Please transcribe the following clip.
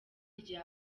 rya